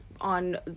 on